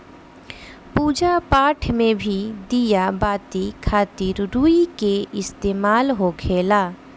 पूजा पाठ मे भी दिया बाती खातिर रुई के इस्तेमाल होखेला